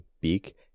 beak